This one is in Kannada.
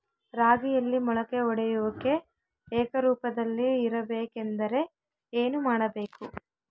ರಾಗಿಯಲ್ಲಿ ಮೊಳಕೆ ಒಡೆಯುವಿಕೆ ಏಕರೂಪದಲ್ಲಿ ಇರಬೇಕೆಂದರೆ ಏನು ಮಾಡಬೇಕು?